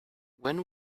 when